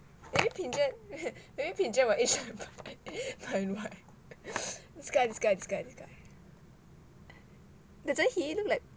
maybe pigeon maybe pigeon will age like fi~ fine wine this guy this guy this guy this guy doesn't he look like